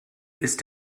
ist